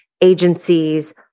agencies